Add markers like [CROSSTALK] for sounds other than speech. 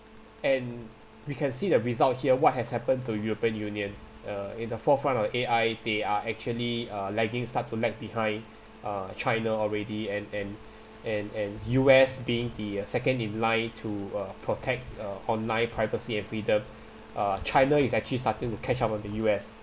and we can see the result here what has happened to european union uh in the forefront of A_I they are actually uh lagging start to lag behind [BREATH] uh china already and and [BREATH] and and U_S being the uh second in line to uh protect uh online privacy and freedom [BREATH] uh china is actually starting to catch up with the U_S